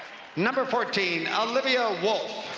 number fourteen, alivaa wolfe.